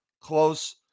close